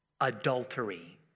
adultery